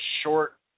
short